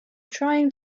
trying